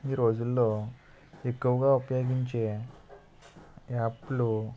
ఈ రోజుల్లో ఎక్కువగా ఉపయోగించే యాప్లు